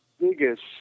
biggest